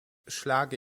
schlage